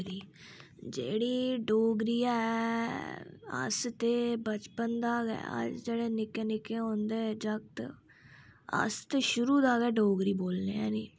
डोगरी जेह्ड़ी डोगरी ऐ अस ते बचपन दा गै अस जेह्ड़े निक्के निक्के होंदे जागत अस ते शुरु दा गै डोगरी बोलने आं नी